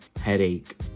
headache